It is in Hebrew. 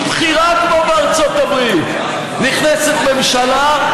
בכירה כמו בארצות הברית: נכנסת ממשלה,